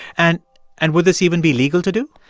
and and would this even be legal to do?